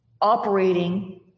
operating